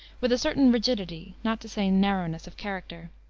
with a certain rigidity, not to say narrowness, of character.